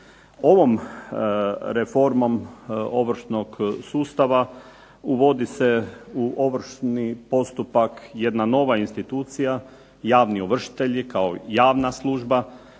Ovom reformom Ovršnog sustava uvodi se u ovršni postupak jedna nova institucija javni ovršitelji kao javna služba.